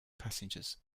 passengers